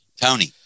Tony